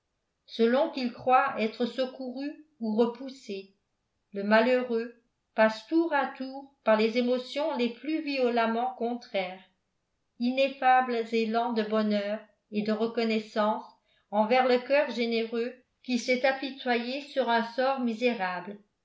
selon qu'il croit être secouru ou repoussé le malheureux passe tour à tour par les émotions les plus violemment contraires ineffables élans de bonheur et de reconnaissance envers le coeur généreux qui s'est apitoyé sur un sort misérable